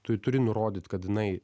tu turi nurodyt kad jinai